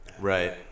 Right